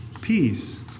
peace